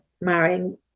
marrying